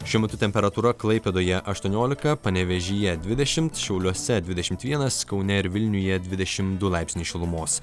šiuo metu temperatūra klaipėdoje aštuoniolika panevėžyje dvidešim šiauliuose dvidešim vienas kaune ir vilniuje dvidešim du laipsniai šilumos